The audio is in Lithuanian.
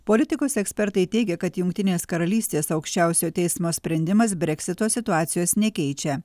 politikos ekspertai teigia kad jungtinės karalystės aukščiausiojo teismo sprendimas breksito situacijos nekeičia